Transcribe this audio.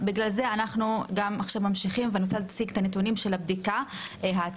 בגלל זה אנחנו ממשיכים ואני רוצה להציג את הנתונים של הבדיקה העדכנית.